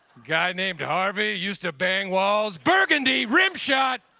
guy named harvey, used to bang walls. burgundy rim shot!